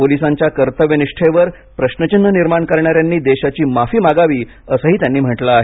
पोलिसांच्या कर्तव्यनिष्ठेवर प्रश्रचिन्ह निर्माण करणाऱ्यांनी देशाची माफी मागावी असंही त्यांनी म्हटलं आहे